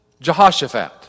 Jehoshaphat